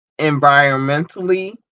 environmentally